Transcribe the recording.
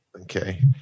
Okay